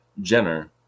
Jenner